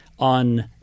on